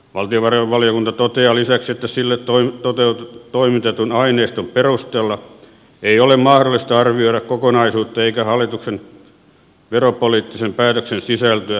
valtiovarainvaliokunta toteaa lisäksi että sille toimitetun aineiston perusteella ei ole mahdollista arvioida kokonaisuutta eikä hallituksen veropoliittisten päätösten sisältöä ja perusteita